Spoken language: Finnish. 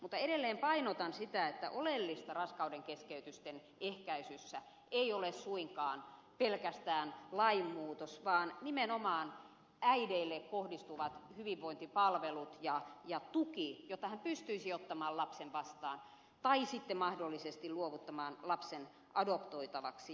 mutta edelleen painotan sitä että oleellista raskauden keskeytysten ehkäisyssä ei ole suinkaan pelkästään lainmuutos vaan nimenomaan äidille kohdistuvat hyvinvointipalvelut ja tuki jotta hän pystyisi ottamaan lapsen vastaan tai sitten mahdollisesti luovuttamaan lapsen adoptoitavaksi